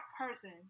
person